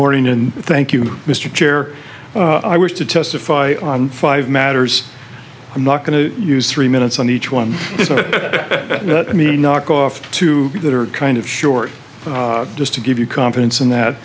morning and thank you mr chair i wish to testify on five matters i'm not going to use three minutes on each one i mean knock off two that are kind of short but just to give you confidence in that